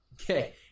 Okay